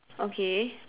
okay